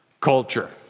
culture